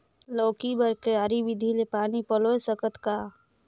लौकी बर क्यारी विधि ले पानी पलोय सकत का?